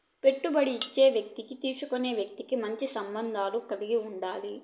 పెట్టుబడి ఇచ్చే వ్యక్తికి తీసుకునే వ్యక్తి మంచి సంబంధాలు కలిగి ఉండాలి